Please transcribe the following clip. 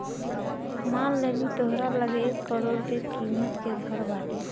मान लेनी तोहरा लगे एक करोड़ के किमत के घर बाटे